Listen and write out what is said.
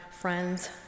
friends